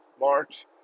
March